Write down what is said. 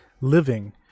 living